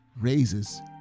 raises